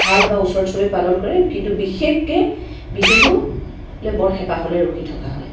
ভাল বা ওচৰ চুবুৰীয়া পালন কৰে কিন্তু বিশেষকৈ বিহুটোলৈ বৰ হেপাহেৰে ৰখি থকা হয়